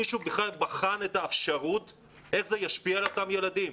מישהו בכלל בחן איך זה ישפיע על אותם ילדים?